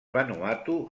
vanuatu